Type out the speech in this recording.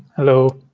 hello.